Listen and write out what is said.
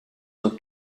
were